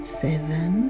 seven